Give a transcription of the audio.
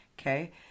Okay